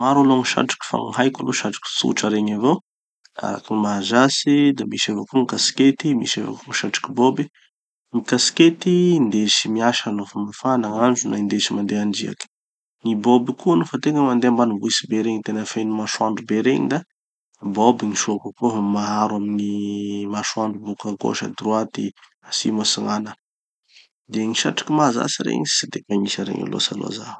Maro aloha gny satroky fa gny haiko aloha satroky tsotra regny avao. Araky gny mahazatsy da misy avao koa gny kasikety, misy avao koa gny satroky bob. Gny kasikety indesy miasa nofa mafana gn'andro na indesy mandeha andriaky. Gny bob koa nofa tegna mandeha ambanivohitsy be regny, tena feno masoandro be regny da bob gny soa kokoa fa mahaaro amy gny masoandro boka à gauche à droite atsimo atsignana. De gny satroky mahazatry regny tsy de magnisy any regny loatsy zaho.